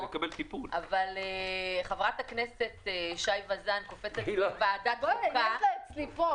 אבל חברת הכנסת שי וזאן קופצת מוועדת חוקה